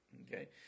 okay